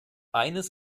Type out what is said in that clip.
eines